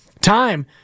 time